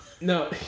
No